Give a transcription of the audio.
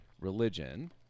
religion